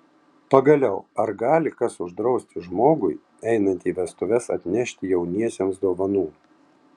pagaliau ar gali kas uždrausti žmogui einant į vestuves atnešti jauniesiems dovanų